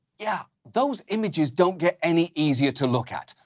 yeah, those images don't get any easier to look at.